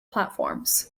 platforms